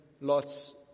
lots